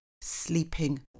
sleeping